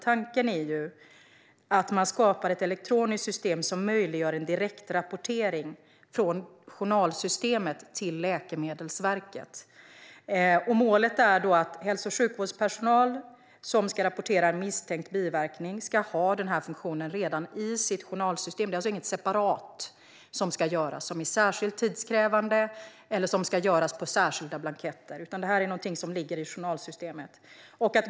Tanken är att man skapar ett elektroniskt system som möjliggör en direktrapportering från journalsystemet till Läkemedelsverket. Målet är att hälso och sjukvårdspersonal som ska rapportera en misstänkt biverkning ska ha funktionen redan i sitt journalsystem. Det är alltså inte något separat som ska göras som är särskilt tidskrävande eller som ska göras på särskilda blanketter, utan det är någonting som ligger i journalsystemet.